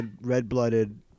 red-blooded